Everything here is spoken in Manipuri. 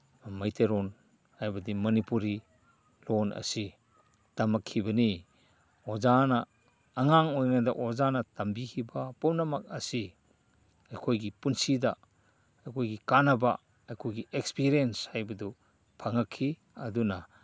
ꯃꯩꯇꯩꯂꯣꯟ ꯍꯥꯏꯕꯗꯤ ꯃꯅꯤꯄꯨꯔꯤ ꯂꯣꯟ ꯑꯁꯤ ꯇꯝꯃꯛꯈꯤꯕꯅꯤ ꯑꯣꯖꯥꯅ ꯑꯉꯥꯡ ꯑꯣꯏꯔꯤꯉꯩꯗ ꯑꯣꯖꯥꯅ ꯇꯝꯕꯤꯈꯤꯕ ꯄꯨꯝꯅꯃꯛ ꯑꯁꯤ ꯑꯩꯈꯣꯏꯒꯤ ꯄꯨꯟꯁꯤꯗ ꯑꯩꯈꯣꯏꯒꯤ ꯀꯥꯅꯕ ꯑꯩꯈꯣꯏꯒꯤ ꯑꯦꯛꯁꯄꯤꯔꯤꯌꯦꯟꯁ ꯍꯥꯏꯕꯗꯨ ꯐꯪꯉꯛꯈꯤ ꯑꯗꯨꯅ